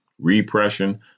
repression